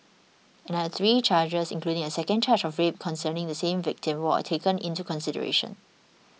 another three charges including a second charge of rape concerning the same victim were taken into consideration